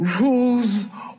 rules